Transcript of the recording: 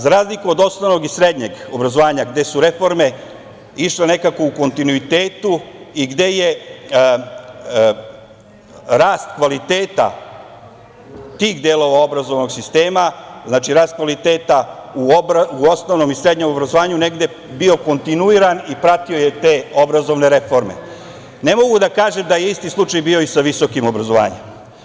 Za razliku od osnovnog i srednjeg obrazovanja, gde su reforme išle nekako u kontinuitetu i gde je rast kvaliteta tih delova obrazovnog sistema, znači, rast kvaliteta u osnovnom i srednjem obrazovanju negde bio kontinuiran i pratio je te obrazovne reforme, ne mogu da kažem da je isti slučaj bio i sa visokim obrazovanjem.